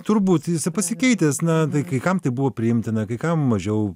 turbūt jis pasikeitęs na tai kai kam tai buvo priimtina kai kam mažiau